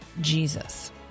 Jesus